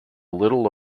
little